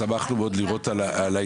שמחנו מאוד לראות על ההתקדמות,